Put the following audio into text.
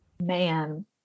Man